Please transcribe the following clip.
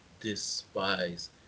despise